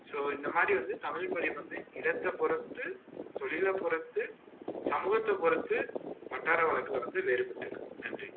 so இந்த மாதிரி வந்து தமிழ் மொழி வந்து இடத்தை பொறுத்து தொழில பொருத்து சமூகத்தை பொருத்து வட்டார வழக்குல வந்து வேறுபட்டு இருக்குது நன்றி